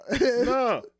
No